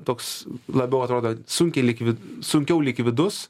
toks labiau atrodo sunkiai likvi sunkiau likvidus